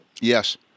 Yes